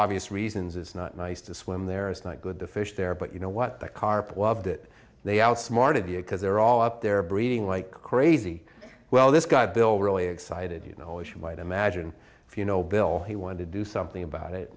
obvious reasons it's not nice to swim there is not good to fish there but you know what the carpet loved it they outsmarted vehicles they're all up they're breeding like crazy well this guy bill really excited you know as you might imagine if you know bill he wanted to do something about it